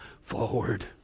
forward